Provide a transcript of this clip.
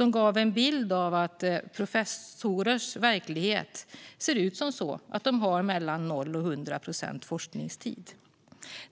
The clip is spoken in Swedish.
Det gav en bild av att professorers verklighet ser ut som så att de har 0-100 procents forskningstid.